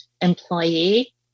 employee